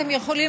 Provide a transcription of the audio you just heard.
אתם יכולים